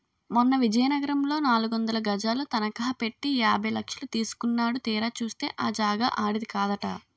మొన్న విజయనగరంలో నాలుగొందలు గజాలు తనఖ పెట్టి యాభై లక్షలు తీసుకున్నాడు తీరా చూస్తే ఆ జాగా ఆడిది కాదట